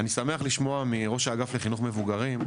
אני שמח לשמוע מראש האגף לחינו מבוגרים,